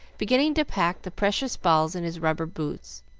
beginning to pack the precious balls in his rubber boots,